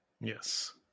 Yes